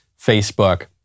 Facebook